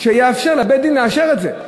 שיאפשר לבית-הדין לאשר את זה.